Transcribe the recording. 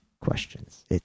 questions